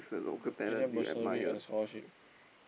give them them bursary and scholarship